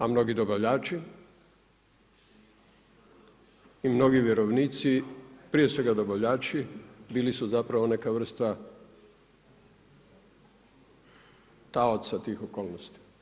A mnogi dobavljači i mnogi vjerovnici, prije svega dobavljači bili su zapravo neka vrsta taoca tih okolnosti.